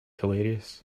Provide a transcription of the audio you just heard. hilarious